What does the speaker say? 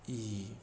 ई